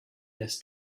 this